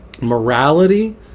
morality